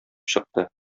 чыкты